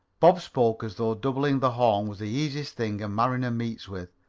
bob spoke as though doubling the horn was the easiest thing a mariner meets with.